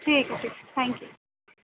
ٹھیک ہے ٹھیک ہے تھینک یو